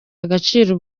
agaciro